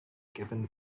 given